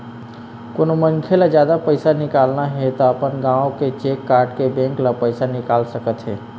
कोनो मनखे ल जादा पइसा निकालना हे त अपने नांव के चेक काटके बेंक ले पइसा निकाल सकत हे